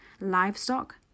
livestock